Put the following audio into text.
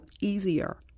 easier